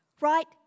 Right